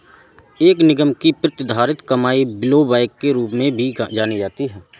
एक निगम की प्रतिधारित कमाई ब्लोबैक के रूप में भी जानी जाती है